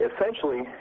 Essentially